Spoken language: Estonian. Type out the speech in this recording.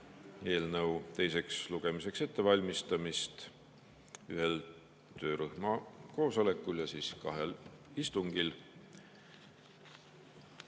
eelnõu teiseks lugemiseks ettevalmistamist ühel töörühma koosolekul ja kahel istungil.